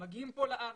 מגיעים לכאן לארץ,